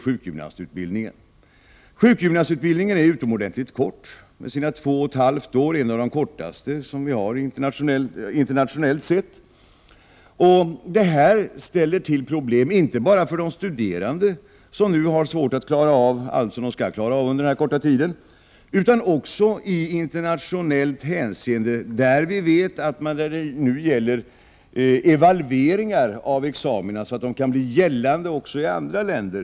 Denna utbildning är utomordentligt kort, med sina två och ett halvt år internationellt sett en av de kortaste som vi har. Detta ställer till problem inte bara för de studerande, som nu har svårt att klara allt det som de skall klara under denna korta tid, utan också vid internationella evalueringar av examina för att dessa skall bli gångbara också i andra länder.